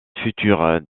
futurs